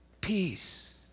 peace